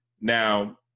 Now